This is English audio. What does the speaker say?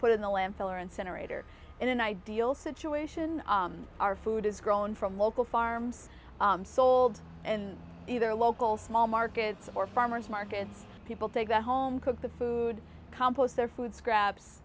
put in the landfill or incinerator in an ideal situation our food is grown from local farms sold and either local small markets or farmers markets people take the home cooked the food compost their food scraps